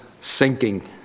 sinking